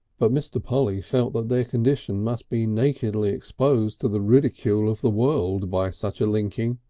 but mr. polly felt that their condition must be nakedly exposed to the ridicule of the world by such a linking,